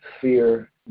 fear